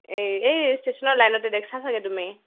এই এই ষ্টেচনৰ লাইনতে দেখা চাগে তুমি